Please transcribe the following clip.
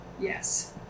yes